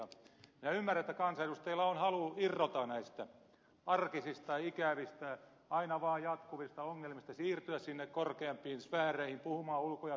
minä ymmärrän että kansanedustajilla on halu irrota näistä arkisista ikävistä aina vaan jatkuvista ongelmista siirtyä sinne korkeampiin sfääreihin puhumaan ulko ja turvallisuuspolitiikkaa